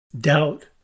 doubt